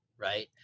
right